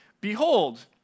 Behold